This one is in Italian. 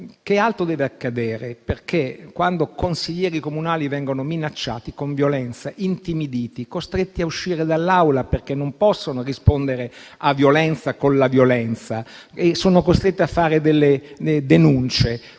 che altro deve accadere. Dei consiglieri comunali sono stati minacciati con violenza, intimiditi, costretti a uscire dall'aula perché non possono rispondere a violenza con la violenza e sono stati costretti a fare delle denunce;